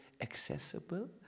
accessible